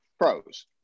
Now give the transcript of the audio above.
pros